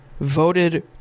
voted